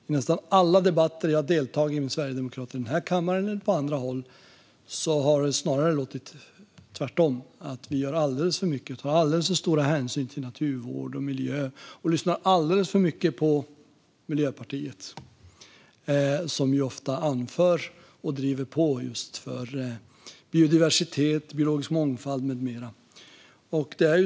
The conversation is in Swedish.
I nästan alla debatter med en sverigedemokrat som jag har deltagit i, i den här kammaren eller på andra håll, har det snarare låtit tvärtom; vi gör alldeles för mycket, tar alldeles för stor hänsyn till naturvård och miljö och lyssnar alldeles för mycket på Miljöpartiet, som ofta anför och driver på för just biodiversitet, biologisk mångfald med mera. Fru talman!